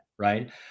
right